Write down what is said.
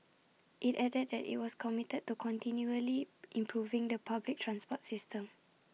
IT added that IT was committed to continually improving the public transport system